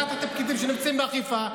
לקחת את הפקידים שנמצאים באכיפה,